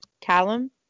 Callum